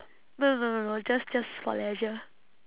no no no no no just just for leisure